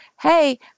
hey